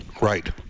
Right